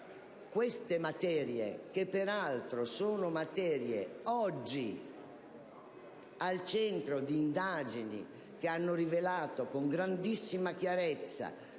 di emergenza, peraltro, sono materie oggi al centro di indagini che hanno rivelato, con grandissima chiarezza,